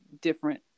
different